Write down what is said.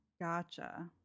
gotcha